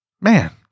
Man